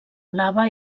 blava